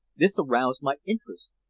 this aroused my interest,